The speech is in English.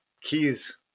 keys